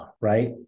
Right